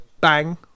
bang